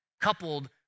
coupled